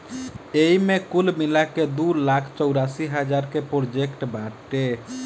एईमे कुल मिलाके दू लाख चौरासी हज़ार के प्रोजेक्ट बावे